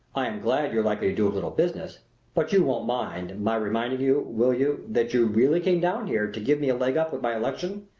i am glad you're likely to do a little business but you won't mind, my reminding you will you that you really came down here to give me a leg up with my election,